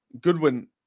Goodwin